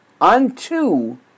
unto